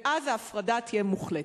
ואז ההפרדה תהיה מוחלטת.